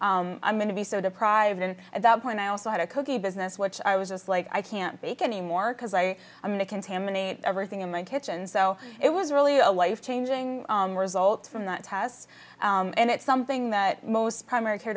i'm going to be so deprived and at that point i also had a cookie business which i was just like i can't bake anymore because i am going to contaminate everything in my kitchen so it was really a life changing result from that tests and it's something that most primary care